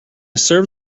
serve